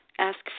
Ask